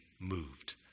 moved